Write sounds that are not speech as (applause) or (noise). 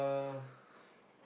(breath)